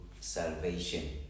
salvation